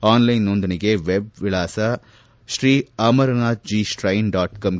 online ನೋಂದಣಿಗೆ web ವಿಳಾಸ Shri Amarnath ji shrine dot com